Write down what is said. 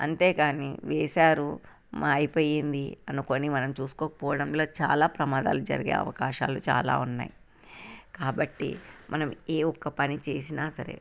అంతేగాని వేసారు మా అయిపోయింది అనుకొని మనం చూసుకోకపోవడంలో చాలా ప్రమాదాలు జరిగే అవకాశాలు చాలా ఉన్నాయి కాబట్టి మనం ఏ ఒక్క పని చేసినా సరే